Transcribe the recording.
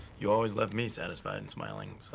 you always left me satisfied and smiling, so.